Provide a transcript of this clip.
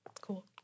cool